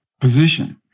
position